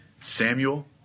Samuel